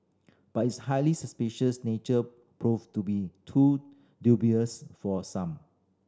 but its highly suspicious nature proved to be too dubious for some